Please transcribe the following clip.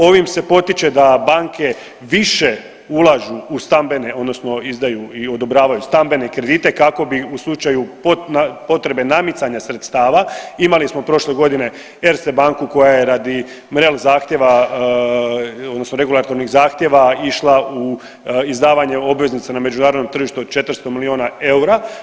Ovim se potiče da banke više ulažu u stambene, odnosno izdaju i odobravaju stambene kredite kako bi u slučaju potrebe namicanja sredstava, imali smo prošle godine Erste banku koja je radi regulatorni marel zahtjeva, odnosno regulatornih zahtjeva išla u izdavanje obveznica na međunarodnom tržištu od 400 milijuna eura.